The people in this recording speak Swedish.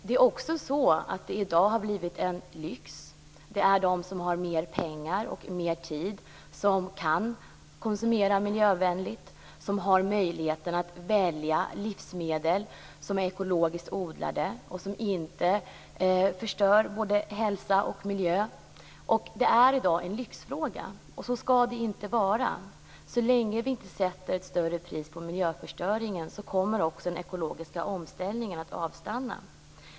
Det är i dag de som har mer pengar och mer tid som kan konsumera miljövänligt. Det är de som har möjlighet att välja livsmedel som är ekologiskt odlade och som inte förstör både hälsa och miljö. Det är i dag en lyxfråga, och så skall det inte vara. Om vi inte sätter ett högre pris på miljöförstöringen, kommer den ekologiska omställningen att avstanna.